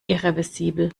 irreversibel